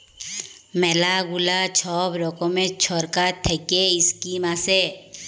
ম্যালা গুলা ছব রকমের ছরকার থ্যাইকে ইস্কিম আসে